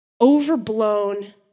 overblown